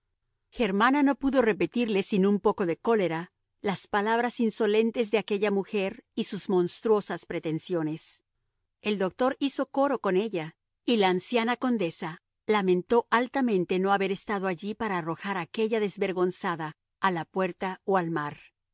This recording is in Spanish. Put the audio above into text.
germana no pudo repetirle sin un poco de cólera las palabras insolentes de aquella mujer y sus monstruosas pretensiones el doctor hizo coro con ella y la anciana condesa lamentó altamente no haber estado allí para arrojar a aquella desvergonzada a la puerta o al mar